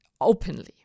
openly